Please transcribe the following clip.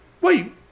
Wait